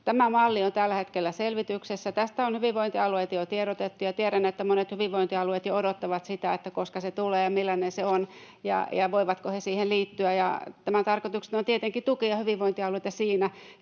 Tämä malli on tällä hetkellä selvityksessä. Tästä on hyvinvointialueita jo tiedotettu, ja tiedän, että monet hyvinvointialueet jo odottavat, koska se tulee ja millainen se on ja voivatko he siihen liittyä. Tämän tarkoituksena on tietenkin tukea hyvinvointialueita siinä,